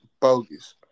bogus